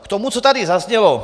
K tomu, co tady zaznělo.